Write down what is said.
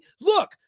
Look